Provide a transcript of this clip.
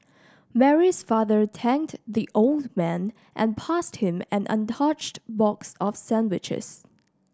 Mary's father thanked the old man and passed him an untouched box of sandwiches